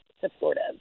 supportive